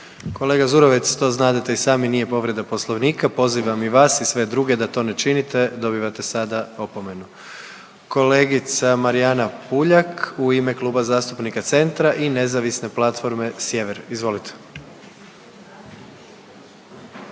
Kolega Zurovec, to znadete i sami, nije povreda Poslovnika. Pozivam i vas i sve druge da to ne činite, dobivate sada opomenu. Kolegica Marijana Puljak u ime Kluba zastupnika Centra i Nezavisne platforme Sjever, izvolite.